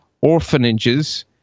orphanages